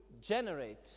generate